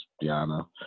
Diana